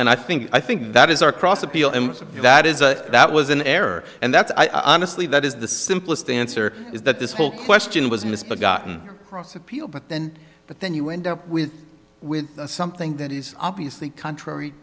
and i think i think that is our cross appeal and that is that was an error and that's i honestly that is the simplest answer is that this whole question was misbegotten cross appeal but then but then you end up with with something that is obviously contrary